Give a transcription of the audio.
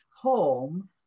home